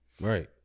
Right